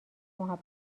محبت